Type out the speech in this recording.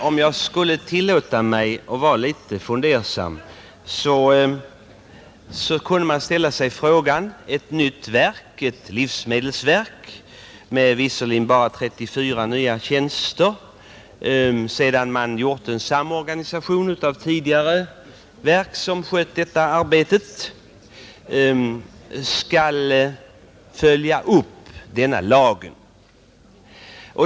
Om jag skulle tillåta mig att vara fundersam kunde jag säga att det blir ett nytt verk, ett livsmedelsverk — antalet nya tjänster är dock bara 34, eftersom man skall göra en samorganisation mellan verk som tidigare skött motsvarande uppgifter — som skall följa upp denna lag.